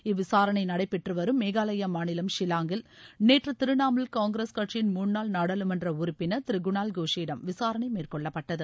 இவ்விசாரணை நடைபெற்றுவரும் மேகாலயா மாநிலம் ஷில்லாங்கில் நேற்று திரிணாமுல் காங்கிரஸ் கட்சியின் முன்னாள் நாடாளுமன்ற உறுப்பினர் திரு குணால் கோஷிடம் விசாரணை மேற்கொள்ளப்பட்டது